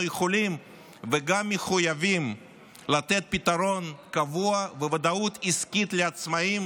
יכולים וגם מחויבים לתת פתרון קבוע וודאות עסקית לעצמאים